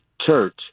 church